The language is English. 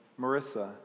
Marissa